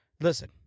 listen